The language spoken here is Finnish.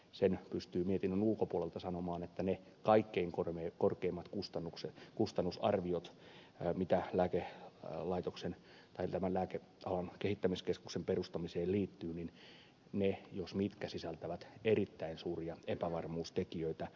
sen pystyy mietinnön ulkopuolelta sanomaan että ne kaikkein korkeimmat kustannusarviot mitä lääkealan kehittämiskeskuksen perustamiseen liittyy ne jos mitkä sisältävät erittäin suuria epävarmuustekijöitä